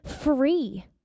free